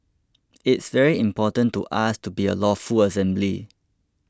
it's very important to us to be a lawful assembly